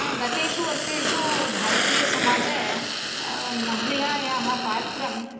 गतेषु वर्षेषु भारतीयसमाजे महिलायाः पात्रं